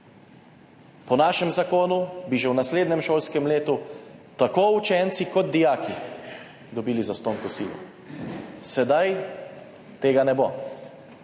Po našem zakonu bi že v naslednjem šolskem letu tako učenci kot dijaki dobili zastonj kosilo. Zdaj tega ne bo,